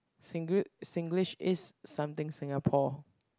Singl~ Singlish is something Singapore